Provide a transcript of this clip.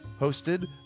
hosted